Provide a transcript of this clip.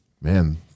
man